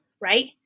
right